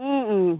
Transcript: उम्म उम्म